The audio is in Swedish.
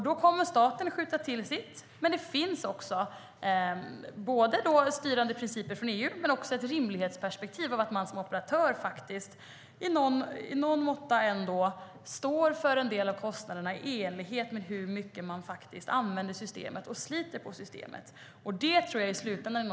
Då kommer staten att skjuta till sitt, men det finns också styrande principer från EU och ett rimlighetsperspektiv att man som operatör i någon form ändå står för en del av kostnaderna i enlighet med hur mycket man använder och sliter på systemet.